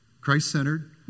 Christ-centered